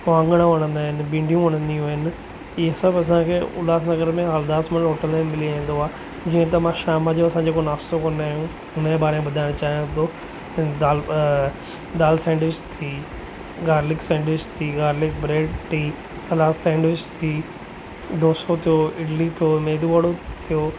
वांङण वणंदा आहिनि भिंडियूं वणंदियूं आहिनि इहे सभु असांखे उल्हास नगर में हरदासमल होटल में मिली वेंदो आहे जीअं त मां शाम जो असां जेको नाश्तो कंदा आहियूं उनजे बारे में ॿुधाइणु चाहियां थो दालि दालि सैंडविच थी गार्लिक सैंडविच थी गार्लिक ब्रेड थी सलाद सैंडविच थी ढोसो थियो इडली थियो मेदू वड़ो थियो